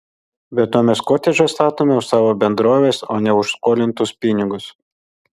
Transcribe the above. be to mes kotedžą statome už savo bendrovės o ne už skolintus pinigus